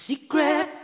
secret